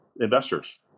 investors